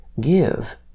give